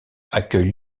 accueille